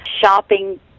shopping